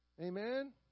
Amen